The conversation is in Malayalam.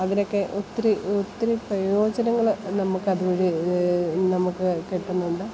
അതിനൊക്കെ ഒത്തിരി ഒത്തിരി പ്രയോജനങ്ങൾ നമുക്കതു വഴി നമുക്ക് കിട്ടുന്നുണ്ട്